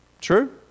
true